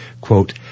quote